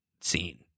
scene